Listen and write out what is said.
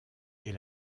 est